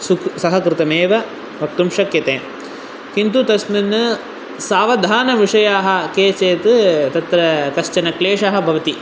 सुखं सहकृतमेव वक्तुं शक्यते किन्तु तस्मिन् सावधानविषयाः के चेत् तत्र कश्चन क्लेशः भवति